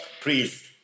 Please